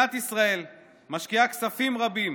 מדינת ישראל משקיעה כספים רבים